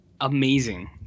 amazing